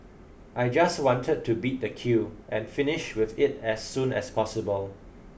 I just wanted to beat the queue and finish with it as soon as possible